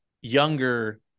younger